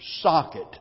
socket